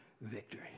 victory